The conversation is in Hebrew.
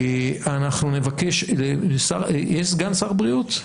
אנחנו נבקש, יש סגן שר בריאות?